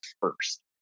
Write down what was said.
first